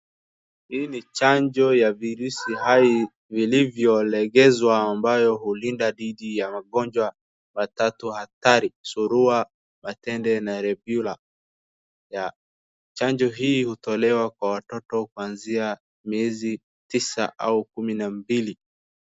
Hii ni chanjo ya virusi hai vilivyolegezwa ambayo hulinda dhidi ya magonjwa matatu hatari Surua, matende na rubela, ya chanjo hii hutolewa kwa watoto kwanzia miezi tisa au kumi na mbili.